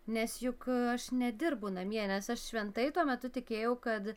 nes juk aš nedirbu namie nes aš šventai tuo metu tikėjau kad